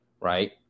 right